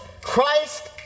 Christ